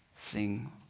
Sing